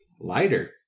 lighter